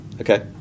okay